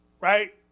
right